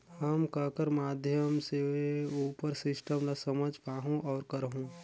हम ककर माध्यम से उपर सिस्टम ला समझ पाहुं और करहूं?